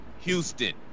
Houston